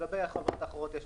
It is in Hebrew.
מה